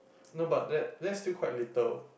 no but that that's still quite little